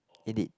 indeed